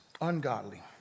ungodly